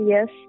Yes